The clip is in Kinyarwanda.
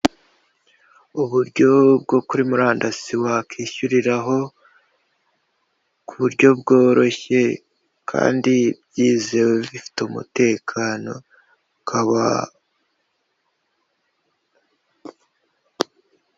Uburyo bwo kuri murandasi wakwishyuriraho ku buryo bworoshye kandi byizewe bifite umutekano ukaba.